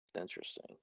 interesting